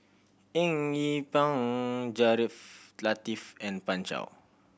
Eng Yee Peng Latiff and Pan Shou